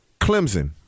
Clemson